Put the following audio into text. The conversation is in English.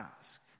ask